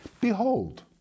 Behold